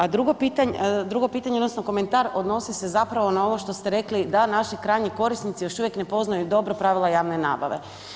A drugo pitanje, drugo pitanje odnosno komentar odnosni se zapravo na ovo što ste rekli da naši krajnji korisnici još uvijek ne poznaju dobro pravila javne nabave.